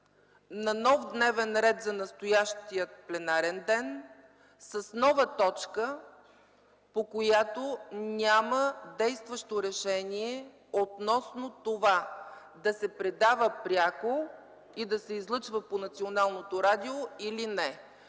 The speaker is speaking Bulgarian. на нов дневен ред за настоящото пленарно заседание с нова точка, по която няма действащо решение относно това да се предава пряко и да се излъчва по Националното радио и